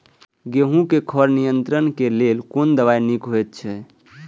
गेहूँ क खर नियंत्रण क लेल कोन दवा निक होयत अछि?